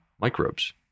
microbes